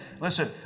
Listen